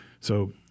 So-